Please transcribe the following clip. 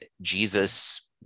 Jesus